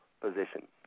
position